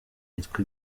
yitwa